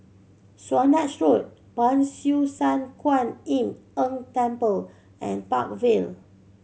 Swanage Road Ban Siew San Kuan Im Tng Temple and Park Vale